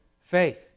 faith